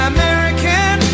American